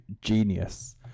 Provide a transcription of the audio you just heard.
genius